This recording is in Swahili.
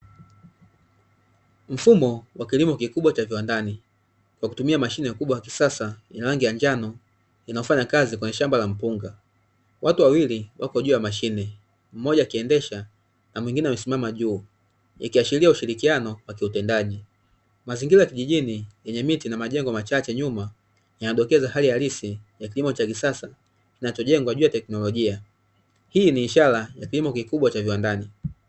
Mfumo wa kilimo kikubwa cha viwandani kwa kutumia mashine kubwa kisasa yenye rangi ya njano, inafanya kazi kwenye shamba la mpunga, watu wawili wako juu ya mashine mmoja akiendesha na mwingine amesimama juu ikiashiria ushirikiano wa kiutendaji, mazingira ya kijijini kwenye miti na majengo machache nyuma yanadokeza hali halisi ya kilimo cha kisasa kinachojengwa juu ya teknolojia, hii ni ishara ya kilimo kikubwa cha viwandani.